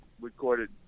recorded